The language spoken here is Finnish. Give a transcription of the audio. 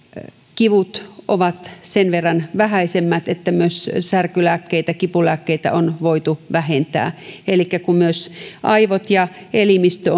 kivut ovat sen verran vähäisemmät että myös särkylääkkeitä kipulääkkeitä on voitu vähentää elikkä kun myös aivot ja elimistö